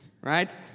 Right